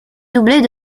doublés